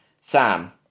Sam